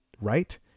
Right